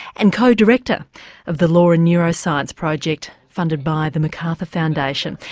and co-director of the law and neuroscience project funded by the macarthur foundation.